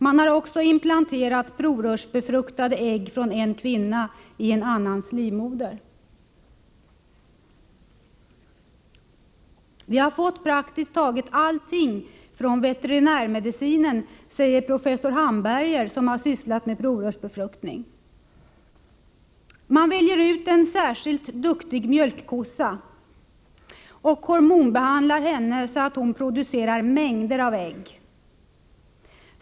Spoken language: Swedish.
Man har också implanterat provrörsbefruktade ägg från en kvinna i en annans livmoder. ”Vi har fått praktiskt taget allting från veterinärmedicinen”, säger professor Hamberger, som sysslat med provrörsbefruktning. ”Man väljer ut en särskilt duktig mjölkkossa och hormonbehandlar henne så att hon producerar mängder med ägg.